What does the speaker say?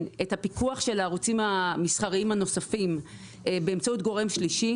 את הפיקוח של הערוצים המסחריים הנוספים באמצעות גורם שלישי,